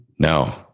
No